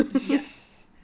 Yes